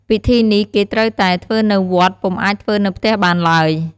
ពិធីនេះគេត្រូវតែ ធ្វើនៅវត្ត ពុំអាចធ្វើនៅផ្ទះបានឡើយ។